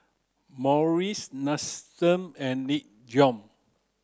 Morries and Nin Jiom